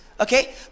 okay